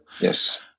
yes